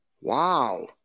wow